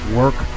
work